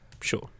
Sure